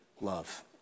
love